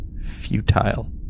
Futile